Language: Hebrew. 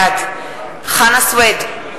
בעד חנא סוייד,